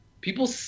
people